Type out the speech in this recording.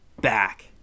back